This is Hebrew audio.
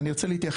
אני ארצה להתייחס,